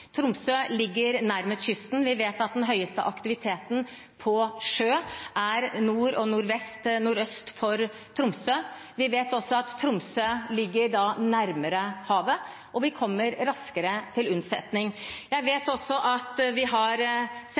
Tromsø ligger nærmest kysten, og vi vet at den høyeste aktiviteten på sjøen er nord for og nordøst for Tromsø. Vi vet også at Tromsø ligger nærmere havet, og man kommer da raskere til unnsetning. Jeg vet også at vi har